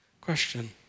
Question